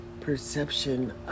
perception